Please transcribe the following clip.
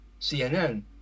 CNN